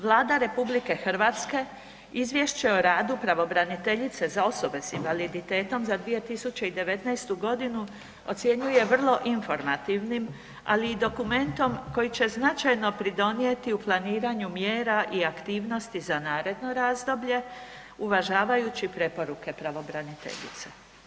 Vlada RH Izvješće o radu pravobraniteljice za osobe s invaliditetom za 2019. godinu ocjenjuje vrlo informativnim, ali i dokumentom koji će značajno pridonijeti u planiranju mjera i aktivnosti za naredno razdoblje uvažavajući preporuke pravobraniteljice.